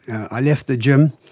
i left the gym,